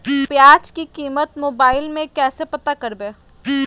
प्याज की कीमत मोबाइल में कैसे पता करबै?